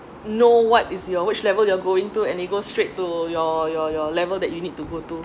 know what is your which level you're going to and it go straight to your your your level that you need to go to